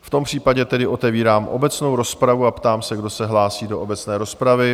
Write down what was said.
V tom případě tedy otevírám obecnou rozpravu a ptám se, kdo se hlásí do obecné rozpravy?